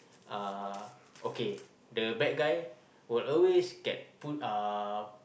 uh okay the bad guy will always get pulled uh